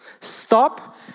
Stop